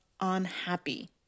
unhappy